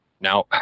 Now